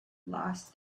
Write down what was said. lost